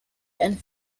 and